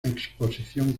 exposición